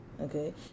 okay